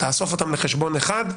תאסוף אותם לחשבון אחד,